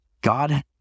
God